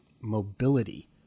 mobility